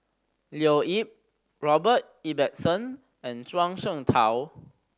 Leo Yip Robert Ibbetson and Zhuang Shengtao